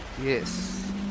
Yes